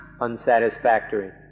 unsatisfactory